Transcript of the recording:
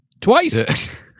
Twice